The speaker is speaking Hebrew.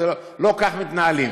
לא כך מתנהלים.